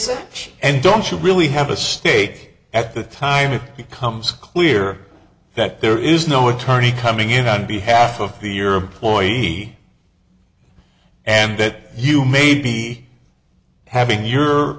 this and don't you really have a stake at the time it becomes clear that there is no attorney coming in on behalf of the euro ploy me and that you may be having your